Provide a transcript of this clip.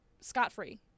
scot-free